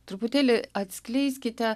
truputėlį atskleiskite